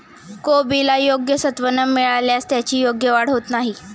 कोबीला योग्य सत्व न मिळाल्यास त्याची योग्य वाढ होत नाही